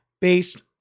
based